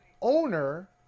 owner